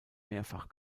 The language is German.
mehrfach